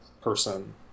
person